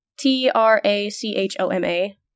T-R-A-C-H-O-M-A